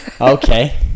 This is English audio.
Okay